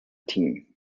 team